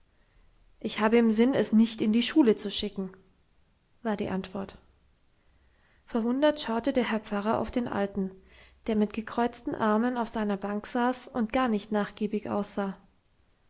ich habe im sinn es nicht in die schule zu schicken war die antwort verwundert schaute der herr pfarrer auf den alten der mit gekreuzten armen auf seiner bank saß und gar nicht nachgiebig aussah